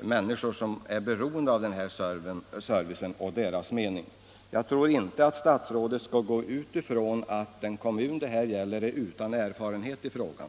människor som är beroende av servicen har. Jag tror inte att statsrådet skall utgå från att den kommun det här gäller är utan erfarenhet i frågan.